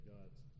God's